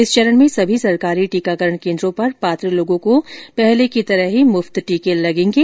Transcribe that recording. इस चरण में सभी सरकारी टीकाकरण केन्द्रों पर पात्र लोगों को पहले की तरह मुफ़त टीके लगाए जाएंगे